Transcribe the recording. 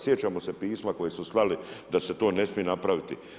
Sjećamo se pisma koje su slali da se to ne smije napraviti.